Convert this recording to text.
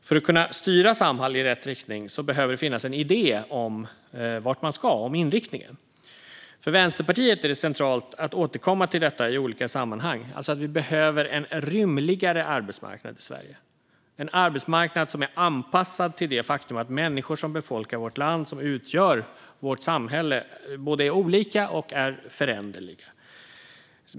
För att kunna styra Samhall i rätt riktning behöver det finnas en idé om vart man ska, om inriktningen. För Vänsterpartiet är det centralt att återkomma till detta i olika sammanhang, alltså att vi behöver en rymligare arbetsmarknad i Sverige, en arbetsmarknad som är anpassad till det faktum att människor som befolkar vårt land och utgör vårt samhälle är både olika och föränderliga.